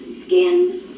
skin